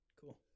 cool